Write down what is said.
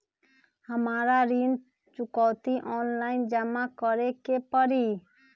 हमरा ऋण चुकौती ऑनलाइन जमा करे के परी?